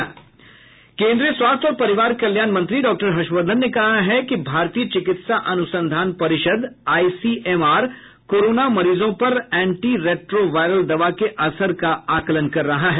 केन्द्रीय स्वास्थ्य और परिवार कल्याण मंत्री डॉक्टर हर्षवर्धन ने कहा है कि भारतीय चिकित्सा अनुसंधान परिषद आईसीएमआर कोरोना मरीजों पर एंटी रैट्रो वायरल दवा के असर का आकलन कर रहा है